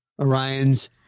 Orions